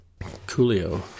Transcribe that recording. Coolio